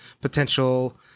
potential